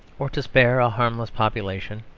or to spare a harmless population,